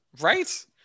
Right